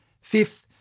Fifth